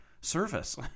service